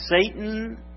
Satan